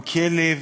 הוא כלב